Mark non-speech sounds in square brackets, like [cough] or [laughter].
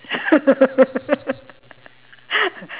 [laughs]